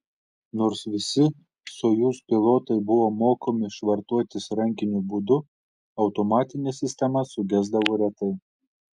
nors visi sojuz pilotai buvo mokomi švartuotis rankiniu būdu automatinė sistema sugesdavo retai